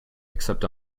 except